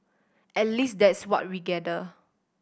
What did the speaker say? at least that's what we gather